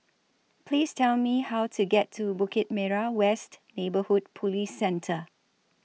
Please Tell Me How to get to Bukit Merah West Neighbourhood Police Centre